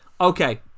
Okay